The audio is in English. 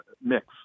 mix